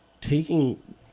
taking